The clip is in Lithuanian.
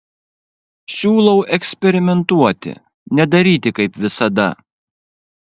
siūlau eksperimentuoti nedaryti kaip visada